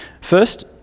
First